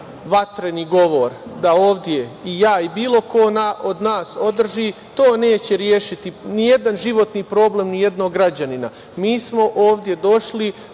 vatreni govor da ovde i ja i bilo ko od nas održi, to neće rešiti nijedan životni problem nijednog građanina. Mi smo ovde došli